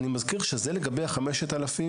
אני מזכיר שזה לגבי ה-5,000,